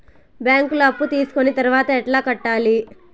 బ్యాంకులో అప్పు తీసుకొని తర్వాత ఎట్లా కట్టాలి?